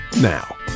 now